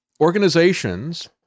organizations